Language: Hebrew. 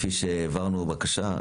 כפי שהעברנו בקשה,